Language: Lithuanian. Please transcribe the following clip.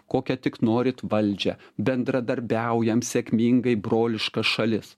kokią tik norit valdžią bendradarbiaujam sėkmingai broliška šalis